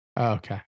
Okay